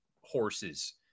horses